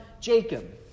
Jacob